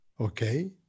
Okay